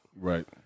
Right